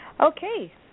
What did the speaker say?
Okay